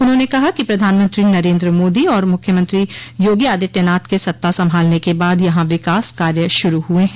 उन्होंने कहा कि प्रधानमंत्री नरेन्द्र मोदी और मुख्यमंत्री योगी आदित्यनाथ के सत्ता संभालने के बाद यहां विकास कार्य शुरू हुये हैं